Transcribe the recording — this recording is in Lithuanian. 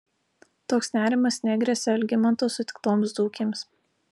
toks nerimas negresia algimanto sutiktoms dzūkėms